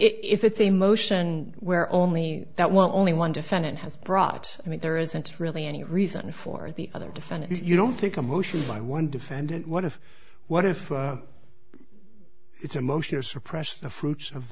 if it's a motion where only that will only one defendant has brought i mean there isn't really any reason for the other defendant if you don't think a motion by one defendant what if what if it's a motion to suppress the fruits of